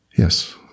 Yes